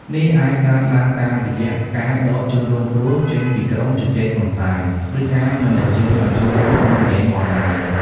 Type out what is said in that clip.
នេះអាចកើតឡើងតាមរយៈការដកជនរងគ្រោះចេញពីក្រុមជជែកកម្សាន្ត ឬការមិនអញ្ជើញឲ្យចូលរួមក្នុងហ្គេមអនឡាញ។